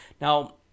Now